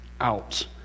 out